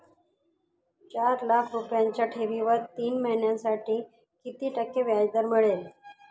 चार लाख रुपयांच्या ठेवीवर तीन महिन्यांसाठी किती टक्के व्याजदर मिळेल?